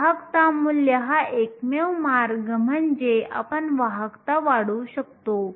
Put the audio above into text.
वाहकता मूल्य हा एकमेव मार्ग म्हणजे आपण वाहकता वाढवू शकतो